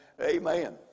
Amen